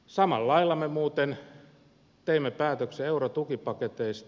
samalla lailla me muuten teimme päätöksen eurotukipaketeista